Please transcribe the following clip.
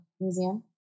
museum